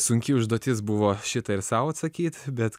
sunki užduotis buvo šitą ir sau atsakyt bet